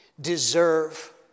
deserve